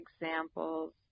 examples